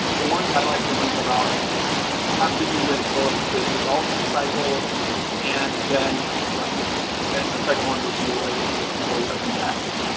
the ones i like to think about have to do with both the development cycle and then like and the the second one would be related to the people you're impacting.